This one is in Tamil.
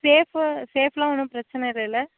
சேஃபாக சேஃப்யெலாம் ஒன்றும் பிரச்சின இல்லயில்ல